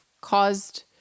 caused